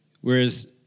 whereas